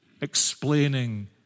explaining